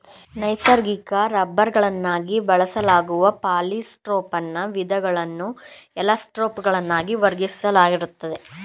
ನೈಸರ್ಗಿಕ ರಬ್ಬರ್ಗಳಾಗಿ ಬಳಸಲಾಗುವ ಪಾಲಿಸೊಪ್ರೆನ್ನ ವಿಧಗಳನ್ನು ಎಲಾಸ್ಟೊಮರ್ಗಳಾಗಿ ವರ್ಗೀಕರಿಸಲಾಗಯ್ತೆ